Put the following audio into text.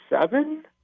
seven